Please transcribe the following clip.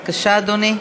בבקשה, אדוני.